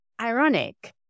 ironic